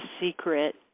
secret